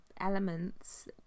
elements